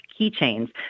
keychains